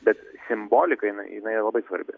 bet simbolika jinai jinai labai svarbi